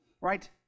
right